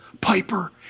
Piper